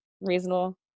reasonable